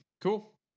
Cool